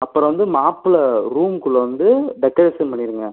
அப்புறம் வந்து மாப்ளை ரூம்க்குள்ளே வந்து டெக்கரேஷன் பண்ணிவிடுங்க